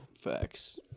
Facts